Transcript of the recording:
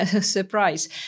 surprise